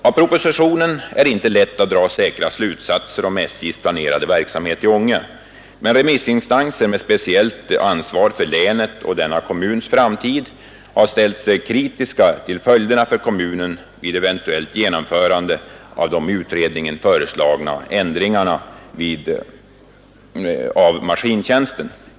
Av propositionen är det inte lätt att dra säkra slutsatser om SJ:s planerade verksamhet i Ånge, men remissinstanser med speciellt ansvar för länets och denna kommuns framtid har ställt sig kritiska till följderna för kommunen vid ett eventuellt genomförande av de i utredningen föreslagna ändringarna av maskintjänsten.